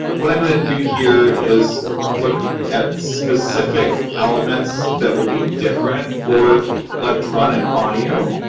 what i'm going to do here is look at specific elements that will be different for electronic audio.